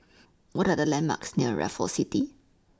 What Are The landmarks near Raffles City